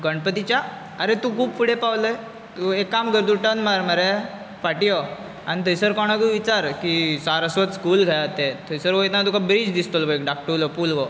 गणपतीच्या आरे तूं खूब फुडें पावलय एक काम कर तूं टर्न मार मरे फाटीं यो आनी थंयसर कोणाकूय विचार की सारस्वत स्कूल खंय आहा तें थंयसर वयतना तुका ब्रीज दिसतलो पय धाकटुलो पूल कहो